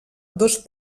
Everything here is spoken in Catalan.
dos